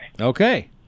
okay